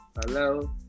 hello